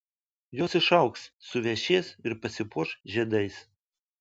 jos išaugs suvešės ir pasipuoš žiedais